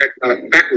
backwards